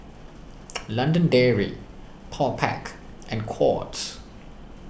London Dairy Powerpac and Courts